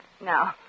No